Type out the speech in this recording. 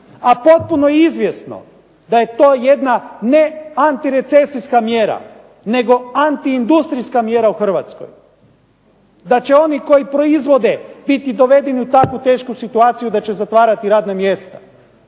a potpuno je izvjesno da je to jedna ne antirecesijska mjera, nego antiindustrijaka mjera u Hrvatskoj. Da će oni koji proizvode biti dovedeni u takvu tešku situaciju da će zatvarati radna mjesta.